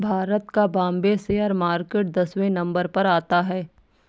भारत का Bombay share market दसवें number पर आता है